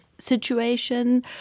situation